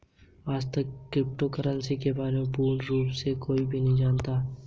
आजतक crypto currency के बारे में पूर्ण रूप से कोई भी नहीं जानता है